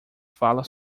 fala